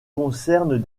concernent